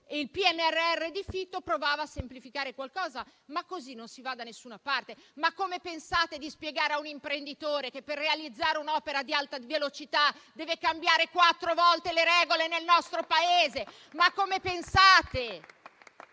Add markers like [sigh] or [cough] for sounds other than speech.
del ministro Fitto provava a semplificare qualcosa: così non si va da nessuna parte. Come pensate di spiegare a un imprenditore che, per realizzare un'opera di alta velocità, deve cambiare quattro volte le regole nel nostro Paese? [applause] Come pensate